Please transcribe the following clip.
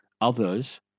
others